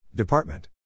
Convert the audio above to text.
Department